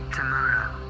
Tomorrow